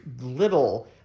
little